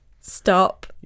stop